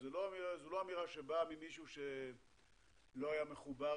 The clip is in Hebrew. זו לא אמירה שבאה ממישהו שלא היה מחובר